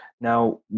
Now